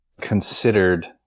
considered